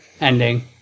ending